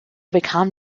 bekam